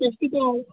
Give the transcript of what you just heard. ਸਤਿ ਸ਼੍ਰੀ ਅਕਾਲ